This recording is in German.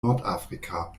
nordafrika